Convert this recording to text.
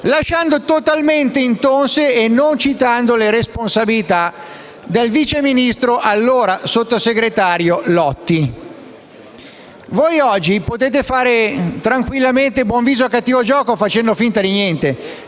lasciando totalmente intonse e non citando le responsabilità del ministro e allora sottosegretario Lotti. Voi oggi potete fare tranquillamente buon viso a cattivo gioco facendo finta di niente,